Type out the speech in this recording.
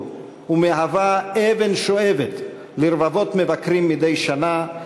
ומהווה אבן שואבת לרבבות מבקרים מדי שנה,